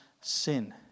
sin